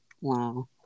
Wow